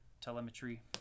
telemetry